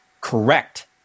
correct